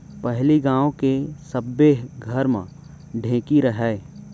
पहिली गांव के सब्बे घर म ढेंकी रहय